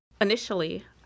Initially